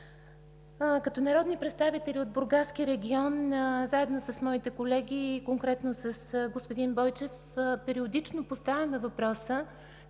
Като народни представители от Бургаски регион, заедно с моите колеги и конкретно с господин Бойчев, периодично поставяме въпроса